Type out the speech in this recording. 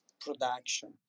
production